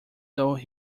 though